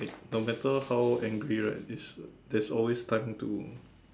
no matter how angry right this there is always time to